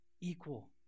equal